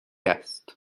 است